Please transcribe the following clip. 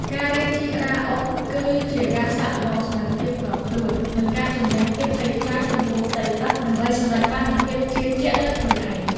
ការរៀនជិះក្តារអុំ គឺជាការសាកល្បងសមត្ថភាពផ្ទាល់ខ្លួន និងការជម្នះភាពភ័យខ្លាចចំពោះផ្ទៃទឹក ដើម្បីសម្រេចបាននូវភាពជឿជាក់លើខ្លួនឯង។